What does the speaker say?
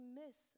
miss